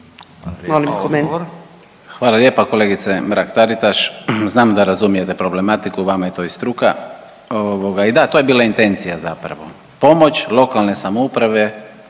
Hvala lijepa kolegice Mrak-Taritaš. Znam da razumijete problematiku, vama je to i struka, ovoga i da, to je bila intencija zapravo. Pomoć lokalne samouprave